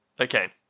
Okay